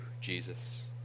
Jesus